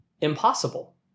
impossible